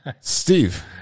Steve